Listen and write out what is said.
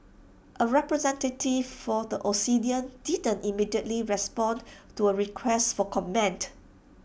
A representative for the Obsidian didn't immediately respond to A request for comment